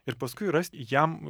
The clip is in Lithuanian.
ir paskui rasti jam